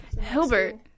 Hilbert